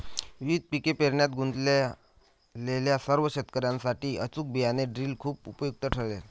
विविध पिके पेरण्यात गुंतलेल्या सर्व शेतकर्यांसाठी अचूक बियाणे ड्रिल खूप उपयुक्त ठरेल